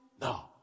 no